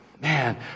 Man